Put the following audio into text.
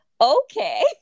okay